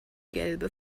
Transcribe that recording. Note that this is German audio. gelbe